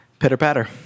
Pitter-patter